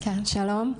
שלום.